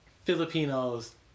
Filipinos